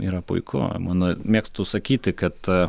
yra puiku mano mėgstu sakyti kad